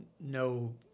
no